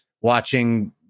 watching